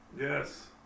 Yes